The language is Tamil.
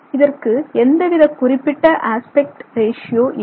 இதற்கு எந்த வித குறிப்பிட்ட அஸ்பெக்ட் ரேஷியோ இல்லை